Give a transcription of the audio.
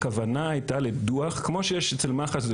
הכוונה הייתה לדו"ח כמו שיש אצל מח"ש.